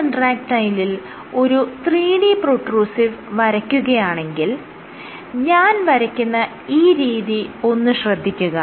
3D കൺട്രാക്ടയിലിൽ ഒരു 3D പ്രൊട്രൂസീവ് വരയ്ക്കുകയാണെങ്കിൽ ഞാൻ വരയ്ക്കുന്ന ഈ രീതി ഒന്ന് ശ്രദ്ധിക്കുക